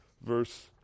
Verse